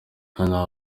nta